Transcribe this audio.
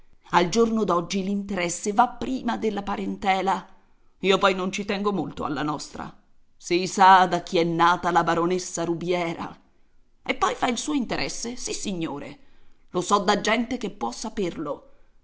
al giorno d'oggi l'interesse va prima della parentela io poi non ci tengo molto alla nostra si sa da chi è nata la baronessa rubiera e poi fa il suo interesse sissignore lo so da gente che può saperlo